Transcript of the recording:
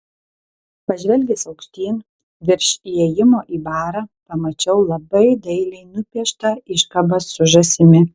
pažvelgęs aukštyn virš įėjimo į barą pamačiau labai dailiai nupieštą iškabą su žąsimi